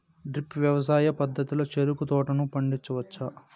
drip వ్యవసాయ పద్ధతిలో చెరుకు తోటలను పండించవచ్చా